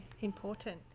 important